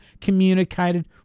communicated